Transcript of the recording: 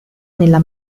nella